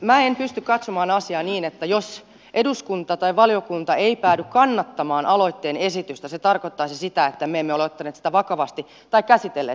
minä en pysty katsomaan asiaa niin että jos eduskunta tai valiokunta ei päädy kannattamaan aloitteen esitystä se tarkoittaisi sitä että me emme ole ottaneet sitä vakavasti tai käsitelleet sitä vakavasti